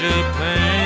Japan